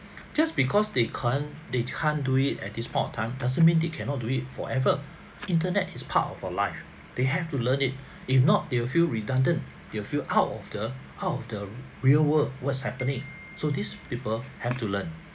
just because they can't they can't do it at this point of time doesn't mean they cannot do it forever internet is part of our life they have to learn it if not they will feel redundant they will feel out of the out of the real world what's happening so these people have to learn